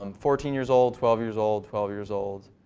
um fourteen years old, twelve years old, twelve years old.